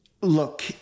Look